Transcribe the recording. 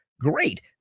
great